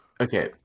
Okay